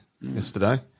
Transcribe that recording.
Yesterday